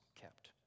kept